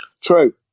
True